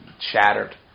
shattered